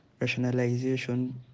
rationalization